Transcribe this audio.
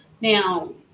Now